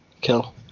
kill